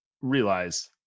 realize